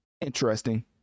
interesting